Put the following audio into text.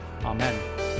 Amen